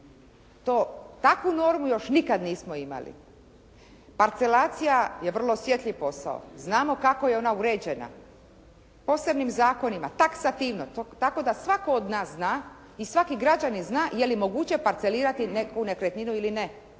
Takvu normu još nikad nismo imali. Parcelacija je vrlo osjetljiv posao, znamo kako je ona uređena. Posebnim zakonima, taksativno, tako da svatko od nas zna i svaki građanin zna je li moguće parcelirati neku nekretninu ili ne.